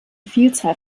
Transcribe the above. vielzahl